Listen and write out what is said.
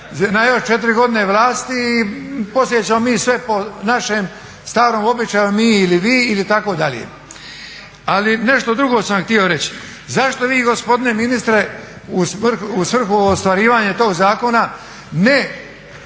na još 4 godine vlasti i poslije ćemo mi sve po našem starom običaju mi ili vi ili tako dalje. Ali nešto drugo sam htio reći, zašto vi gospodine ministre u svrhu ostvarivanja tog zakona ne